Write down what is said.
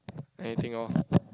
anything lor